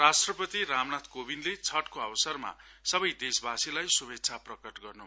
राष्ट्रपति रामनाथ गोविन्दले छठको अवसरमा सबै देशवासीहरुलाई शुभेच्छा प्रकट गर्नु भएको छ